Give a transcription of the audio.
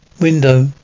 window